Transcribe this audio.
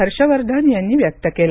हर्षवर्धन यांनी व्यक्त केला